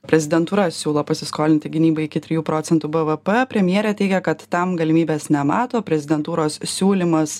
prezidentūra siūlo pasiskolinti gynybai iki trijų procentų bvp premjerė teigia kad tam galimybės nemato prezidentūros siūlymas